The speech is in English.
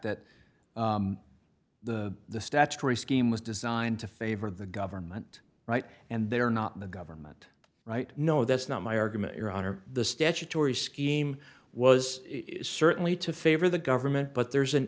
that the statutory scheme was designed to favor the government right and they are not the government right no that's not my argument your honor the statutory scheme was certainly to favor the government but there's an